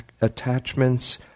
attachments